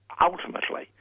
ultimately